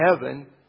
heaven